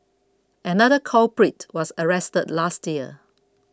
another culprit was arrested last year